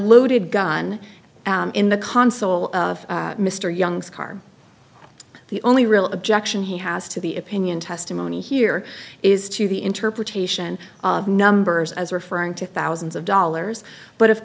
loaded gun in the console of mr young's car the only real objection he has to the opinion testimony here is to the interpretation of numbers as referring to thousands of dollars but of